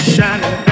Shining